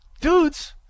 dudes